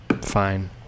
fine